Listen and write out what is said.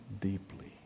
deeply